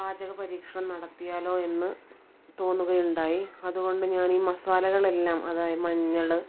പാചക പരീക്ഷണം നടത്തിയാലോ എന്ന് തോന്നുകയുണ്ടായി അതുകൊണ്ട് ഞാൻ ഈ മസാലകൾ എല്ലാം അതായത് മഞ്ഞൾ